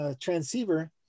transceiver